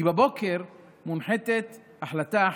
כי בבוקר מונחתת החלטה אחת,